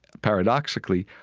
paradoxically,